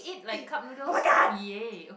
eh oh my god